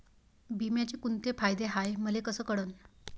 बिम्याचे कुंते फायदे हाय मले कस कळन?